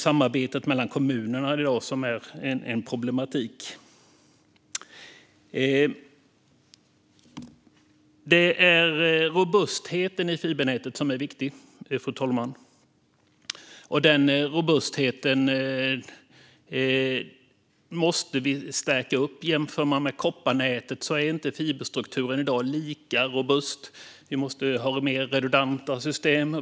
Samarbetet mellan kommunerna är en problematik i dag. Robustheten i fibernätet är viktig, fru talman. Den robustheten måste vi stärka. Fiberstrukturen är i dag inte lika robust som kopparnätet. Vi måste ha mer redundanta system.